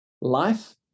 life